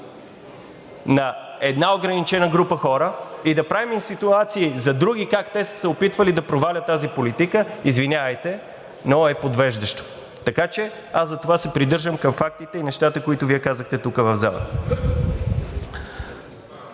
на една ограничена група хора и да правим ситуации за други как те са се опитвали да провалят тази политика, извинявайте, но е подвеждащо. Така че аз затова се придържам към фактите и нещата, които Вие казахте тук в залата.